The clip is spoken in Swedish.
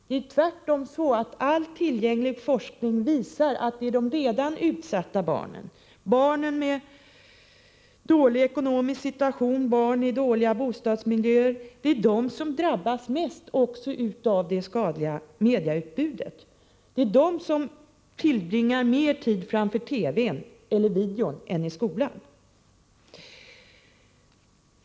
Det är tvärtom så att all tillgänglig forskning visar att det är de redan utsatta barnen — barn med dålig ekonomisk situation, barn i dåliga bostadsmiljöer — som drabbas mest också av det skadliga medieutbudet. Det är de som tillbringar mer tid framför TV:n — eller videon — än i skolan.